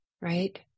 right